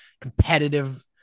competitive